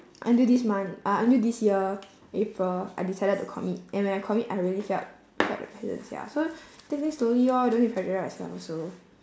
until this month uh until this year april I decided to commit and when I commit I really felt felt the presence sia so take this slowly lor don't need to pressurise yourself also